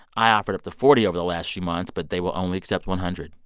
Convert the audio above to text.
i offered up to forty over the last three months, but they will only accept one hundred.